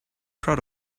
proud